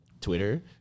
Twitter